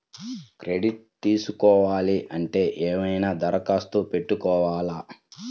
Credit తీసుకోవాలి అంటే ఏమైనా దరఖాస్తు పెట్టుకోవాలా?